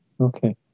okay